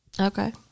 Okay